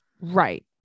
right